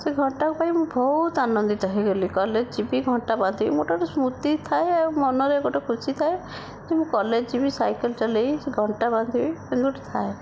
ସେ ଘଣ୍ଟା ପାଇଁ ମୁଁ ବହୁତ ଆନନ୍ଦିତ ହୋଇଗଲି କଲେଜ ଯିବି ଘଣ୍ଟା ପାଇଥିବି ମୋର ଗୋଟିଏ ସ୍ମୃତି ଥାଏ ଆଉ ମନରେ ଗୋଟିଏ ଖୁସି ଥାଏ ଯେ ମୁଁ କଲେଜ ଯିବି ସାଇକେଲ ଚଲାଇବି ଘଣ୍ଟା ବାନ୍ଧିବି ସେମିତି ଗୋଟିଏ ଥାଏ